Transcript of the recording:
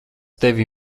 tevi